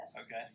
Okay